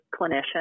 clinician